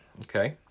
okay